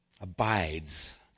abides